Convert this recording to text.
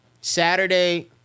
Saturday